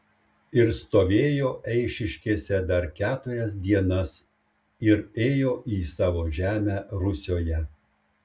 ir stovėjo eišiškėse dar keturias dienas ir ėjo į savo žemę rusioje